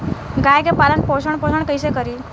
गाय के पालन पोषण पोषण कैसे करी?